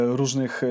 różnych